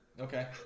Okay